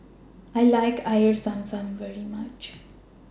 I like Air Zam Zam very much